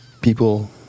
people